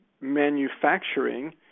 manufacturing